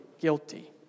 guilty